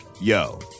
Yo